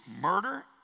murder